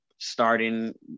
starting